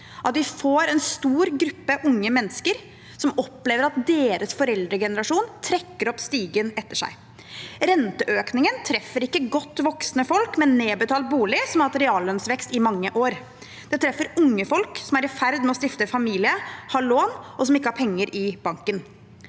at vi får en stor gruppe unge mennesker som opplever at deres foreldregenerasjon trekker opp stigen etter seg. Renteøkningen treffer ikke godt voksne folk med nedbetalt bolig, og som har hatt reallønnsvekst i mange år. Den treffer unge folk som er i ferd med å stifte familie, har lån, og som ikke har penger i banken.